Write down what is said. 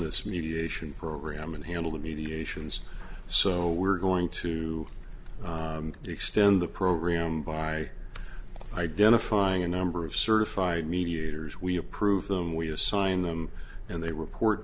this mediation program and handle the mediations so we're going to extend the program by identifying a number of certified mediators we approve them we assign them and they report